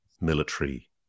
military